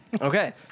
Okay